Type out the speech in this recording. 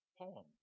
poem